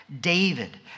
David